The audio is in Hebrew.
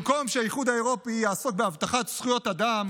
במקום שהאיחוד האירופי יעסוק בהבטחת זכויות אדם